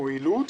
מועילות,